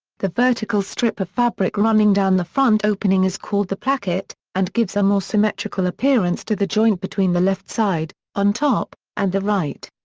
the vertical strip of fabric running down the front opening is called the placket, and gives a more symmetrical appearance to the joint between the left side, on top, and the right.